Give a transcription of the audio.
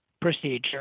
procedure